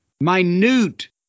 Minute